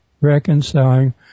reconciling